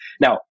now